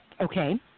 Okay